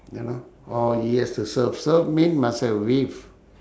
ya lah or he has to surf surf mean must have wave